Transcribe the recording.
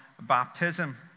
baptism